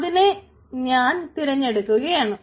അതിനെ ഞാൻ തിരഞ്ഞെടുക്കയാണ്